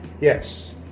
Yes